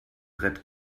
brett